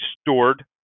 stored